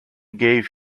gave